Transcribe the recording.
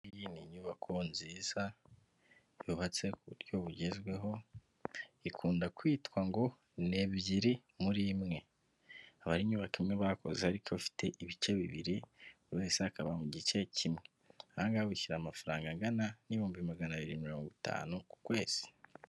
Iyi ni nyubako nziza yubatse ku buryo bugezweho, ikunda kwitwa ngo ni ebyiri muri imwe, akaba ari inyubako imwe bakoze ariko bafite ibice bibiri buri wese akaba mu gice kimwe, aha ngaha wishyira amafaranga angana n'ibihumbi magana abiri mirongo itanu ku kwezi.